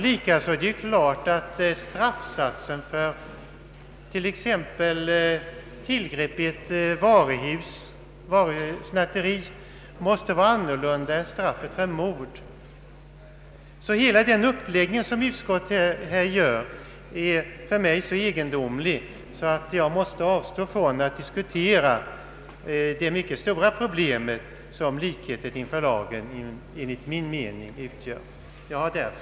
Likaså är det klart att straffsatsen för t.ex. tillgrepp i ett varuhus, snatteri, måste vara annorlunda än straffsatsen för mord. Utskottets uppläggning av ärendet är för mig så egendomlig att jag måste avstå från att diskutera det mycket stora problem som likheten inför lagen enligt min mening utgör. Herr talman! Jag har inget yrkande.